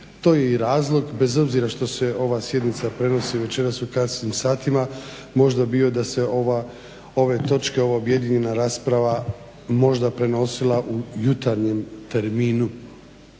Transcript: To je i razlog bez obzira što se ova sjednica prenosi večeras ukrasnim satima možda bio da se ove točke ova objedinjena rasprava možda prenosila u jutarnjem terminu.